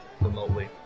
remotely